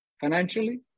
financially